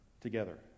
together